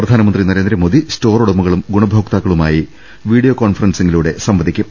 പ്രധാ നമന്ത്രി നരേന്ദ്രമോദി സ്റ്റോർ ഉടമകളും ഗുണഭോക്താക്കളുമായി വീഡിയോ കോൺഫറൻസിങിലൂടെ സംവദിക്കും